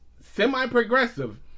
semi-progressive